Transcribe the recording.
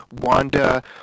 Wanda